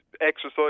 Exercise